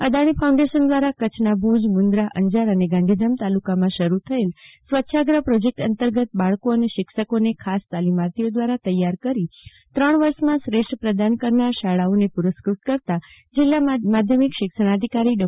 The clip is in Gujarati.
અદાણી ફાઉન્ડેશન દ્વારા કચ્છના ભુજ મુન્દ્રાઅંજાર અને ગાંધીધામ તાલુકામાંશડુથયેલા આ સ્વચ્છાગ્રહ પ્રોજેક્ટ અંતર્ગત બાળકો અને શિક્ષકોને ખાસ તાલીમાર્થીઓ દ્વારા તૈયારકરી ત્રણ વર્ષમાં શ્રેષ્ઠ પ્રદાન કરનાર શાળાઓને પુરસ્ફત કરતા જીલ્લા માધ્યમિક શિક્ષણાધિકારી ડો